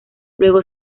luego